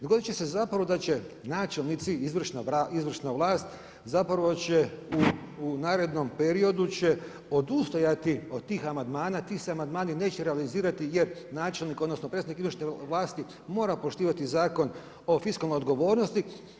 Dogoditi će se zapravo da će načelnici, izvršna vlast zapravo će u narednom periodu će odustajati od tih amandmana, ti se amandmani neće realizirati jer načelnik, odnosno predstavnik izvršne vlasti mora poštivati Zakon o fiskalnoj odgovornosti.